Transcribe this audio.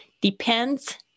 Depends